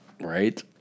Right